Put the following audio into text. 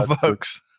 folks